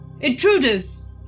Intruders